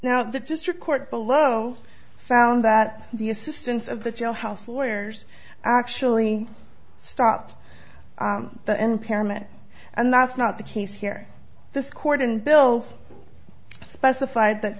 now the district court below found that the assistance of the jailhouse lawyers actually stopped the impairment and that's not the case here this court and bill's specified that